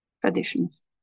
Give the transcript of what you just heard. traditions